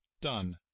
done